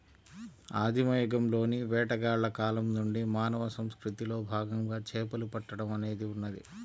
ఆదిమ యుగంలోని వేటగాళ్ల కాలం నుండి మానవ సంస్కృతిలో భాగంగా చేపలు పట్టడం అనేది ఉన్నది